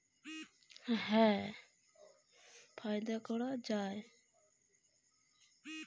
jackfruit বা কাঁঠাল বাংলার একটি বিখ্যাত ফল এবং এথেকে প্রচুর ফায়দা করা য়ায়